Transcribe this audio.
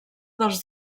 dels